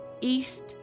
east